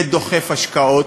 זה דוחף השקעות.